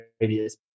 radius